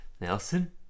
Nelson